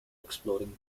exploring